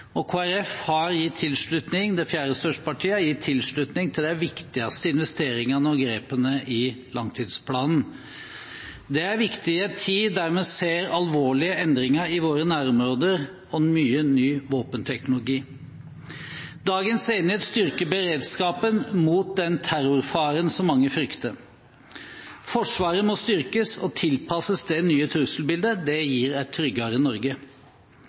største partiet, har gitt tilslutning til de viktigste investeringene og grepene i langtidsplanen. Det er viktig i en tid da vi ser alvorlige endringer i våre nærområder og mye ny våpenteknologi. Dagens enighet styrker beredskapen mot den terrorfaren som mange frykter. Forsvaret må styrkes og tilpasses det nye trusselbildet. Det gir et tryggere Norge.